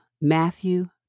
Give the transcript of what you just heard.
Matthew